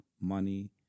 money